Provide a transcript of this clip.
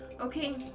Okay